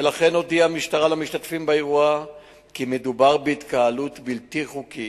ולכן הודיעה המשטרה למשתתפים באירוע כי מדובר בהתקהלות בלתי חוקית,